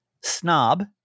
snob